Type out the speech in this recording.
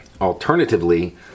Alternatively